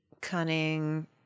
cunning